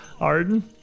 arden